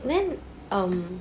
then um